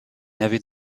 n’avez